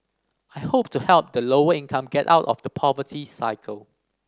I hope to help the lower income get out of the poverty cycle